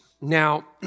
Now